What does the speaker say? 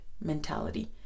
mentality